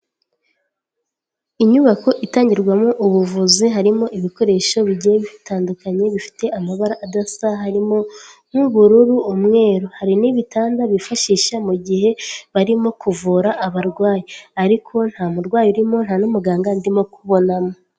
Inyubako itangirwamo ubuvuzi harimo ibikoresho bigiye bitandukanye bifite amabara adasa harimo nk'ubururu, umweru. Hari n'ibitanda bifashisha mu gihe barimo kuvura abarwayi ariko nta murwayi urimo nta n'umuganga ndimo kubonamo.